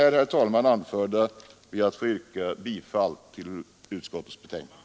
Herr talman! Jag ber att med det anförda få yrka bifall till utskottets hemställan.